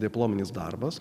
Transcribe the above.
diplominis darbas